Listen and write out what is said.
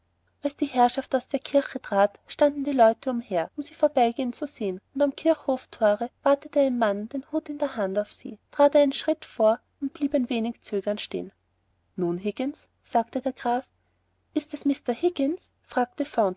als die herrschaft aus der kirche trat standen die leute umher um sie vorbeigehen zu sehen und am kirchhofthore wartete ein mann den hut in der hand auf sie trat einen schritt vor und blieb wieder zögernd stehen nun higgins sagte der graf ist das mr higgins fragte